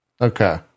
Okay